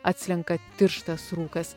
atslenka tirštas rūkas